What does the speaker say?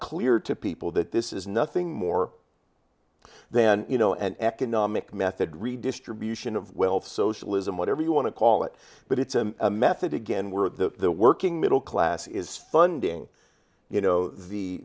clear to people that this is nothing more then you know an economic method redistribution of wealth socialism whatever you want to call it but it's a method again where the working middle class is funding you know the